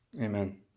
Amen